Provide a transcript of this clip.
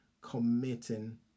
committing